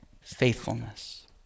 faithfulness